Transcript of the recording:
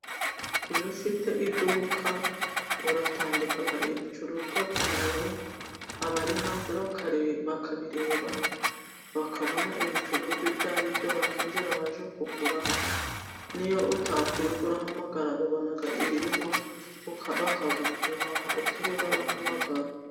Iyo ufite iduka, uratandika ibicuruzwa byawe abari hanze bakabireba bakabona ibicuruzwa ibyo ari byo, bakinjira baje kugura, niyo utakwirirwa urahamagara babona ibirimo bakaza kubihaha ,utiriwe urabahamagara.